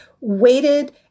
waited